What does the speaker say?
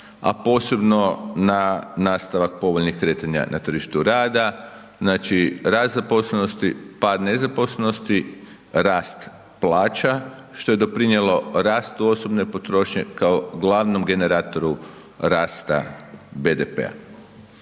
a posebno na nastavak povoljnih kretanja na tržištu rada, znači rast zaposlenosti, pad nezaposlenosti, rast plaća što je doprinijelo rastu osobne potrošnje kao glavnom generatoru rasta BDP-a.